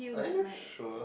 are you sure